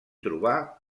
trobà